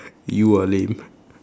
you are lame